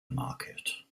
market